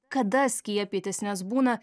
kada skiepytis nes būna